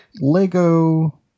Lego